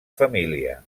família